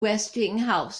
westinghouse